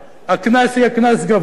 הקנס יהיה קנס גבוה.